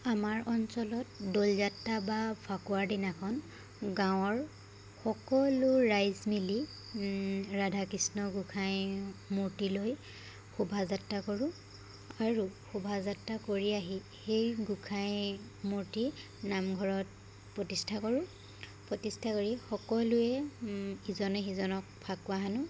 আমাৰ অঞ্চলত দৌলযাত্ৰা বা ফাকুৱাৰ দিনাখন গাঁৱৰ সকলো ৰাইজ মিলি ৰাধাকৃষ্ণ গোসাঁই মূৰ্তি লৈ শোভাযাত্ৰা কৰোঁ আৰু শোভাযাত্ৰা কৰি আহি সেই গোসাঁই মূৰ্তি নামঘৰত প্ৰতিষ্ঠা কৰোঁ প্ৰতিষ্ঠা কৰি সকলোৱে ইজনে সিজনক ফাকুৱা সানোঁ